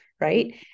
Right